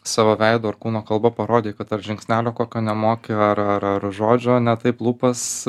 savo veido ar kūno kalba parodei kad ar žingsnelio kokio nemoki ar ar ar žodžio ne taip lūpas